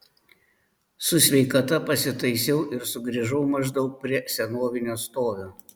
su sveikata pasitaisiau ir sugrįžau maždaug prie senovinio stovio